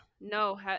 no